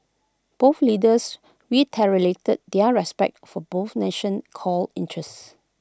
both leaders reiterated their respect for both nation's core interests